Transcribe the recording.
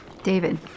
David